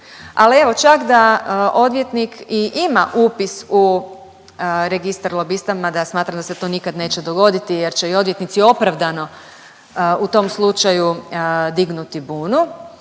ali evo čak da odvjetnik i ima upis u registar lobista mada ja smatram da se to nikad neće dogoditi jer će i odvjetnici opravdano u tom slučaju dignuti bunu,